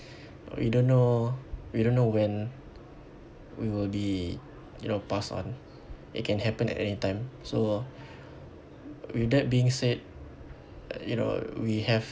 we don't know we don't know when we will be you know pass on it can happen at anytime so with that being said uh you know we have